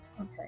Okay